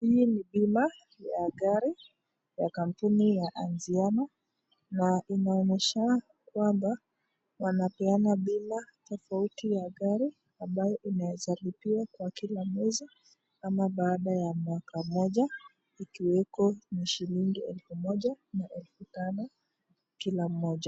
Hii ni bima ya gari ya kapuni ya Antiano,(cs) ,na inaonyeshana kwamba wanapeana bima tofauti ya gari ambayo inaweza lipia kwa kila mwezi ama baada ya mwaka moja ,ikiweko ni shilingi elfu moja na elfu Tano kila moja.